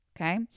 Okay